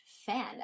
fan